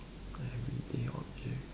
everyday object